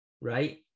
right